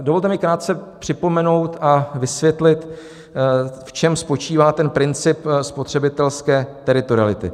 Dovolte mi krátce připomenout a vysvětlit, v čem spočívá princip spotřebitelské teritoriality.